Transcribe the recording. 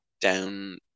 down